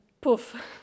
poof